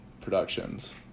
productions